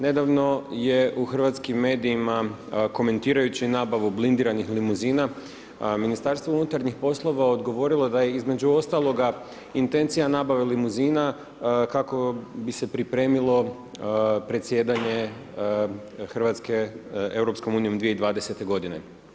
Nedavno je u hrvatskim medijima, komentirajući nabavu blindiranih limuzina Ministarstvo unutarnjih poslova odgovorilo da je između ostaloga intencija nabave limunima kako bi se pripremilo predsjedanje Hrvatske EU, 2020. godine.